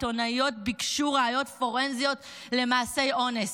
עיתונאיות ביקשו ראיות פורנזיות למעשי אונס?